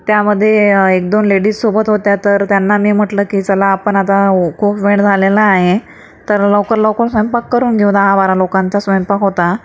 त्यामध्ये एकदोन लेडीज सोबत होत्या तर त्यांना मी म्हटलं की चला आपण आता खूप वेळ झालेला आहे तर लवकर लवकर स्वयंपाक करून घेऊ दहाबारा लोकांचा स्वयंपाक होता